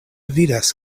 vidas